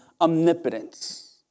omnipotence